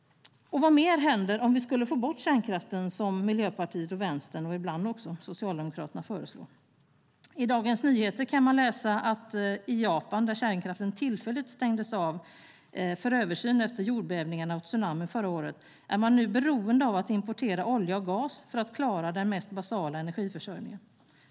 Vad mer händer om vi skulle få bort kärnkraften som Miljöpartiet och Vänsterpartiet och ibland också Socialdemokraterna föreslår? I Dagens Nyheter i maj i år kunde man läsa att i Japan, där kärnkraften tillfälligt stängdes av för översyn efter jordbävningarna och tsunamin förra året, är man nu beroende av att importera olja och gas för att klara av den mest basala energiförsörjningen.